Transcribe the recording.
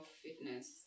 fitness